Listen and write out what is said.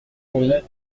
pourri